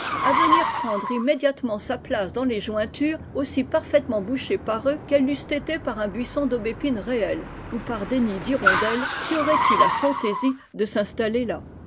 à venir prendre immédiatement sa place dans les jointures aussi parfaitement bouchées par eux qu'elles l'eussent été par un buisson d'aubépines réelles ou par des nids d'hirondelles qui auraient eu la fantaisie de s'installer là